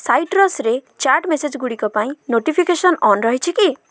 citrus ରେ chat message ଗୁଡ଼ିକ ପାଇଁ ନୋଟିଫିକେସନ୍ ଅନ୍ ରହିଛି କି